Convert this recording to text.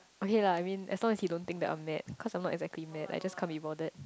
okay lah I mean as long as he don't think that I'm mad cause I'm not exactly mad I just can't be bothered